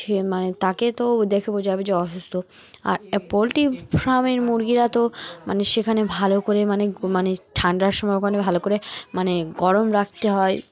সে মানে তাকে তো দেখে বোঝাাবে যে অসুস্থ আর পোলট্রি ফার্মের মুরগিরা তো মানে সেখানে ভালো করে মানে মানে ঠান্ডার সময় ওখানে ভালো করে মানে গরম রাখতে হয়